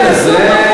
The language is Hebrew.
אבל זה,